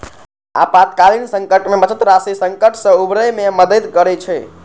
आपातकालीन संकट मे बचत राशि संकट सं उबरै मे मदति करै छै